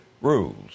rules